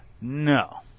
No